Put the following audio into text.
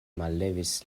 mallevis